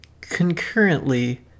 concurrently